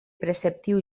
preceptiu